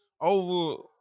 over